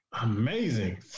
amazing